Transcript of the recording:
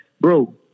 bro